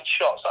shots